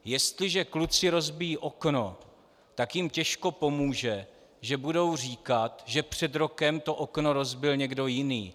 Jestliže kluci rozbijí okno, tak jim těžko pomůže, že budou říkat, že před rokem to okno rozbil někdo jiný.